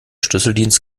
schlüsseldienst